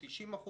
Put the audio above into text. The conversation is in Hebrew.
90%,